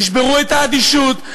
תשברו את האדישות.